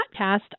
podcast